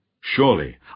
Surely